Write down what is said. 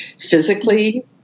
physically